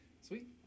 Sweet